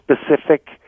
specific